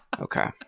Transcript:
Okay